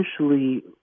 essentially